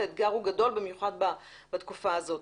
האתגר הוא גדול, במיוחד בתקופה הזאת.